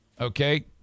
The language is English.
Okay